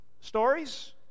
stories